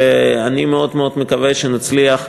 ואני מאוד מאוד מקווה שנצליח,